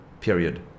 period